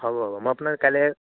হ'ব হ'ব মই আপোনাক কাইলৈ